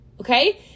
Okay